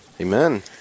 Amen